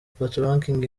patoranking